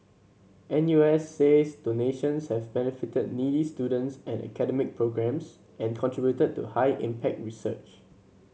N U S says donations have benefited needy students and academic programmes and contributed to high impact research